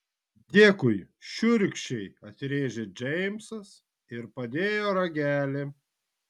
dėkui šiurkščiai atrėžė džeimsas ir padėjo ragelį